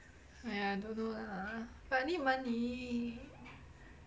!aiya! don't know lah but I need money